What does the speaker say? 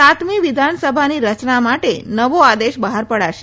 સાતમી વિધાનસભાની રચના માટે નવો આદેશ બહાર પડાશે